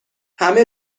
همه